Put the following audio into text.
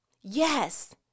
Yes